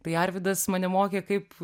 tai arvydas mane mokė kaip